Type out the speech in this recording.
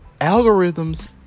Algorithms